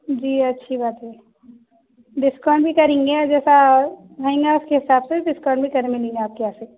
جی اچھی بات ہے ڈسکاؤنٹ بھی کریں گے جیسا رہیں گا اس کے حساب سے ڈسکاؤنٹ بھی کریں گے